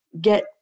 get